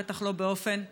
בטח לא באופן ספציפי,